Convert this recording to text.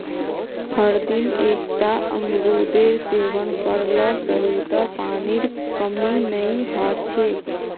हरदिन एकता अमरूदेर सेवन कर ल शरीरत पानीर कमी नई ह छेक